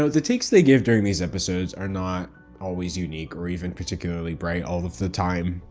so the takes they give during these episodes are not always unique or even particularly bright all of the time.